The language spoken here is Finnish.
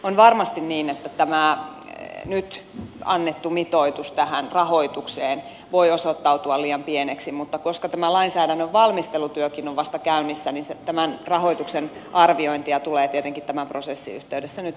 on varmasti niin että tämä nyt annettu mitoitus tähän rahoitukseen voi osoittautua liian pieneksi mutta koska tämä lainsäädännön valmistelutyökin on vasta käynnissä niin tämän rahoituksen arviointia tulee tietenkin tämän prosessin yhteydessä nyt sitten jatkaa